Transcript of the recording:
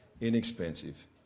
Inexpensive